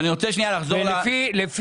פלוס מע"מ.